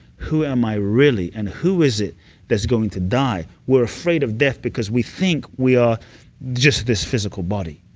who am i really, and who is it that's going to die? we're afraid of death because we think we are just this physical body.